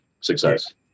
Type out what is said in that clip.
success